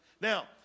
Now